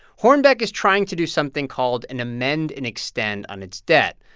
hornbeck is trying to do something called an amend and extend on its debt.